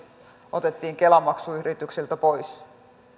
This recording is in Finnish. otettiin kela maksu yrityksiltä pois